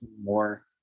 More